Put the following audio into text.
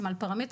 בעצם